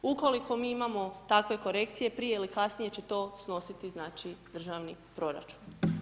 Ukoliko mi imamo takve korekcije, prije ili kasnije će to snositi, znači, državni proračun.